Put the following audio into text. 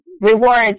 rewards